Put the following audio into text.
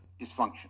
dysfunction